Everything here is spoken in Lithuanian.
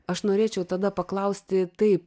aš norėčiau tada paklausti taip